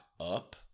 up